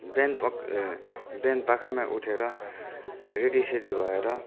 बिहानपख ए बिहानपखमा उठेर रेडीसेडी भएर